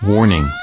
Warning